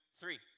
three